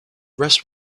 rest